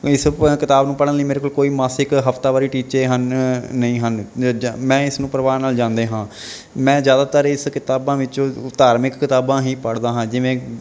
ਇਸ ਪ ਕਿਤਾਬ ਨੂੰ ਪੜ੍ਹਨ ਲਈ ਮੇਰੇ ਕੋਲ ਕੋਈ ਮਾਸਿਕ ਹਫਤਾਵਾਰੀ ਟੀਚੇ ਹਨ ਨਹੀਂ ਹਨ ਮੈਂ ਇਸ ਨੂੰ ਪਰਵਾਹ ਨਾਲ ਜਾਂਦੇ ਹਾਂ ਮੈਂ ਜ਼ਿਆਦਾਤਰ ਇਸ ਕਿਤਾਬਾਂ ਵਿੱਚੋਂ ਧਾਰਮਿਕ ਕਿਤਾਬਾਂ ਹੀ ਪੜ੍ਹਦਾ ਹਾਂ ਜਿਵੇਂ